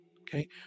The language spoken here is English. Okay